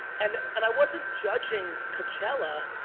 and and i wasn't judging coachella,